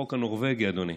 בחוק הנורבגי, אדוני.